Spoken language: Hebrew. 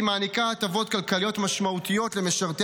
היא מעניקה הטבות כלכליות משמעותיות למשרתי